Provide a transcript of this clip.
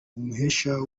umuhesha